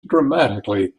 dramatically